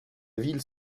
ville